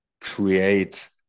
create